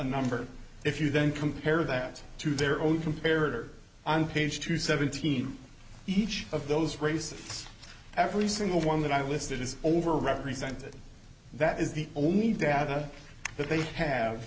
number if you then compare that to their own comparative on page two seventeen each of those races every single one that i listed is over represented that is the only data that they have